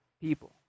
people